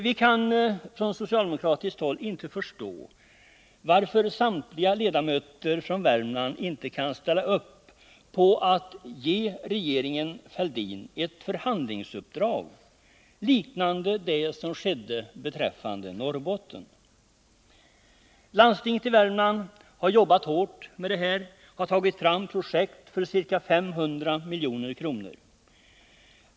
Vi kan från socialdemokratiskt håll inte förstå varför inte samtliga ledamöter från Värmland kan ställa upp på att ge regeringen Fälldin ett förhandlingsuppdrag liknande det som gavs beträffande Norrbotten. Landstinget i Värmland har jobbat hårt och tagit fram projekt för ca 500 milj.kr.